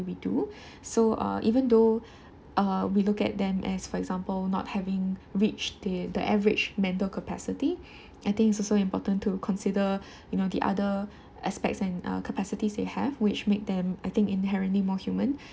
we do so uh even though uh we look at them as for example not having reached the the average mental capacity I think it's also important to consider you know the other aspects and uh capacities they have which makes them I think inherently more human